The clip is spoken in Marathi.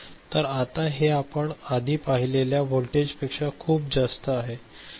तर आता हे आपण आधी पाहिलेल्या व्होल्टेजपेक्षा खूप जास्त आहे